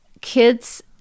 kids